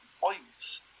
points